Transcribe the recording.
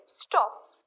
stops